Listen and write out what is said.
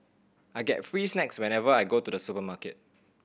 I get free snacks whenever I go to the supermarket